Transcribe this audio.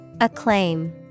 Acclaim